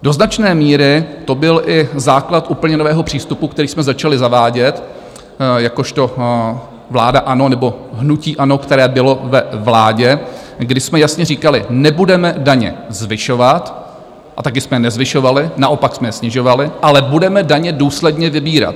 Do značné míry to byl i základ úplně nového přístupu, který jsme začali zavádět jakožto vláda hnutí ANO, které bylo ve vládě, kdy jsme jasně říkali, že nebudeme daně zvyšovat taky jsme je nezvyšovali, naopak jsme je snižovali ale budeme daně důsledně vybírat.